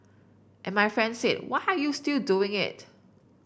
and my friend said why are you still doing it